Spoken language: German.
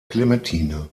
clementine